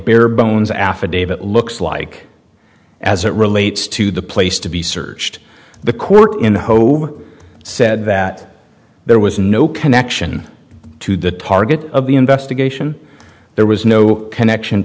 barebones affidavit looks like as it relates to the place to be searched the court in the hoa said that there was no connection to the target of the investigation there was no connection